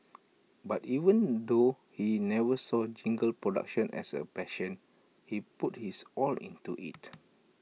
but even though he never saw jingle production as A passion he put his all into IT